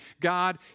God